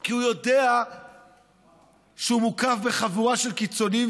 כי הוא יודע שהוא מוקף בחבורה של קיצוניים